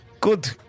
Good